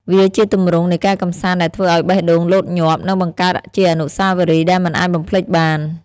វាជាទម្រង់នៃការកម្សាន្តដែលធ្វើឱ្យបេះដូងលោតញាប់ និងបង្កើតជាអនុស្សាវរីយ៍ដែលមិនអាចបំភ្លេចបាន។